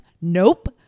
Nope